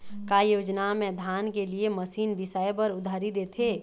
का योजना मे धान के लिए मशीन बिसाए बर उधारी देथे?